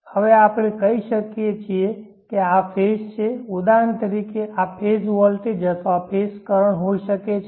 હવે આપણે કહી શકીએ કે આ ફેઝ છે ઉદાહરણ તરીકે આ ફેઝ વોલ્ટેજ અથવા ફેઝ કરંટ હોઈ શકે છે